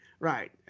Right